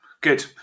Good